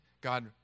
God